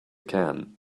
can